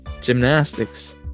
gymnastics